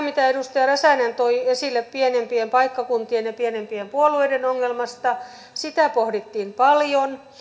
mitä edustaja räsänen toi esille pienempien paikkakuntien ja pienempien puolueiden ongelmasta pohdittiin paljon